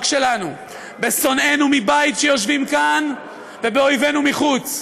שלנו בשונאינו מבית שיושבים כאן ובאויבינו מחוץ.